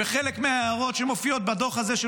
וחלק מההערות שמופיעות בדוח הזה של